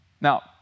Now